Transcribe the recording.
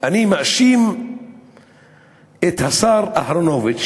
אני מאשים את השר אהרונוביץ